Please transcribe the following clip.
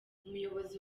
umuyobozi